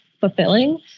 fulfilling